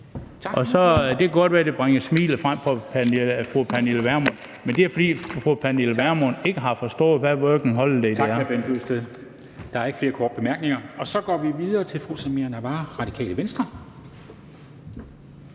det kan godt være, at det bringer smilet frem hos fru Pernille Vermund, men det er, fordi fru Pernille Vermund ikke har forstået, hvad Working Holiday er.